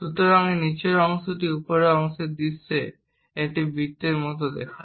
সুতরাং এই নীচের অংশটি উপরের দৃশ্যে একটি বৃত্তের মতো দেখায়